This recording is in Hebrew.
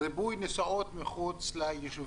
ריבוי נסיעות מחוץ ליישובים.